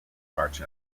march